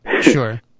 Sure